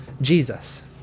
jesus